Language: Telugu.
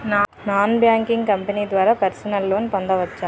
నాన్ బ్యాంకింగ్ కంపెనీ ద్వారా పర్సనల్ లోన్ పొందవచ్చా?